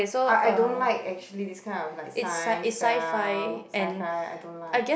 I I don't like actually these kind of like Science Sci-Fi I don't like